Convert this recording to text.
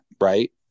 right